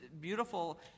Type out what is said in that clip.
beautiful